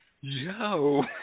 Yo